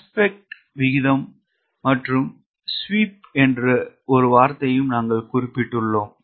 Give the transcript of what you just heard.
aspect விகிதம் மற்றும் sweep என்று ஒரு வார்த்தையையும் நாங்கள் குறிப்பிட்டுள்ளோம்